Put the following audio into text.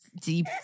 deep